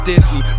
Disney